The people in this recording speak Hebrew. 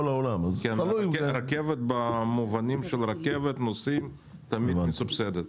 הרכבת במובן של רכבת נוסעים תמיד מסובסדת.